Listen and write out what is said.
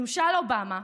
ממשל אובמה,